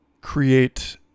create